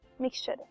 mixture